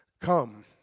come